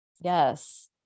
yes